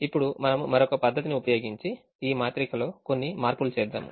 ఇప్పుడు మనము వేరొక పద్ధతిని ఉపయోగించి ఈ మాత్రికలో కొన్ని మార్పులు చేద్దాము